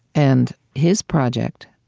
and his project,